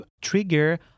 trigger